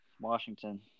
Washington